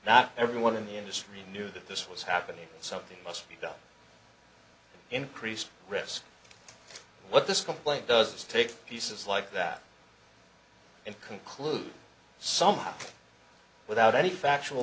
not everyone in the industry knew that this was happening something must be done increased risk what this complaint does is take pieces like that and conclude somehow without any factual